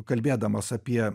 kalbėdamas apie